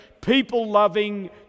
people-loving